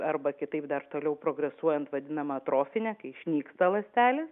arba kitaip dar toliau progresuojant vadinama trofine kai išnyksta ląstelės